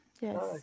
Yes